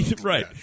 Right